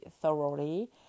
thoroughly